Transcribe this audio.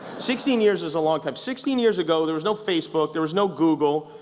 sixteen years is a long time. sixteen years ago there was no facebook, there was no google,